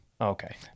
Okay